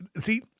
see